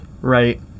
right